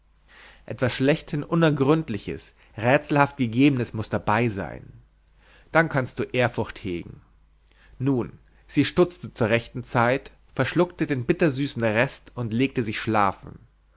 etwas schlechthin unergründliches rätselhaft gegebenes muß dabei sein o dann kannst du ehrfurcht hegen nun sie stutzte zur rechten zeit verschluckte den bitter süßen rest und legte sich schlafen